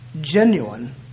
genuine